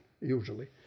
usually